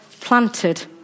planted